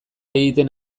egiten